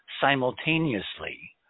simultaneously